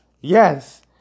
Yes